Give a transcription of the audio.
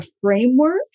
framework